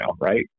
right